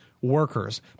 workers